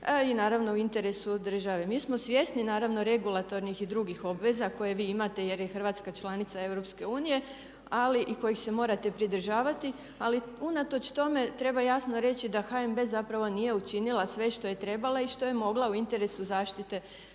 i naravno u interesu države. Mi smo svjesni naravno regulatornih i drugih obveza koje vi imate jer je Hrvatska članica EU i kojih se morate pridržavati ali unatoč tome treba jasno reći da HNB zapravo nije učinila sve što je trebala i što je mogla u interesu zaštite građana.